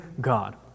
God